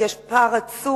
כי יש פער עצום